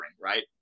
right